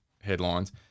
headlines